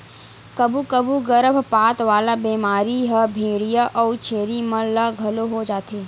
कभू कभू गरभपात वाला बेमारी ह भेंड़िया अउ छेरी मन ल घलो हो जाथे